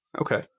Okay